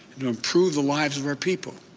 to improve the lives of our people.